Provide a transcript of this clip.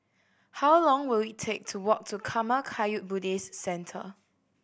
how long will it take to walk to Karma Kagyud Buddhist Centre